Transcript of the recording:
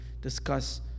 discuss